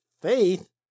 faith